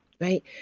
right